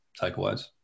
takeaways